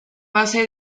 base